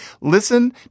Listen